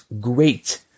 great